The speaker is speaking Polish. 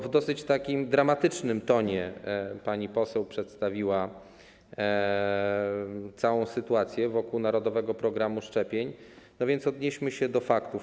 W dosyć takim dramatycznym tonie pani poseł przedstawiła całą sytuację wokół narodowego programu szczepień, odnieśmy się zatem do faktów.